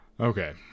Okay